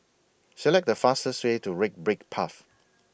Select The fastest Way to Red Brick Path